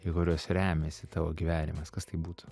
į kuriuos remiasi tavo gyvenimas kas tai būtų